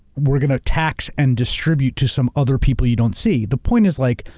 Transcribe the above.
we're going to tax and distribute to some other people you don't see. the point is like,